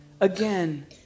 again